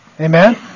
Amen